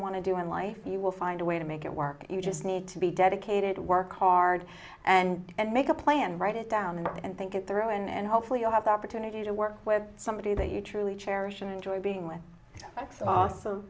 want to do in life you will find a way to make it work you just need to be dedicated work hard and make a plan write it down and think it through and hopefully you'll have the opportunity to work with somebody that you truly cherish and enjoy being with